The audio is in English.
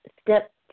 Step